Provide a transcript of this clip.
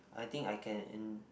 I think I can